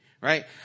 Right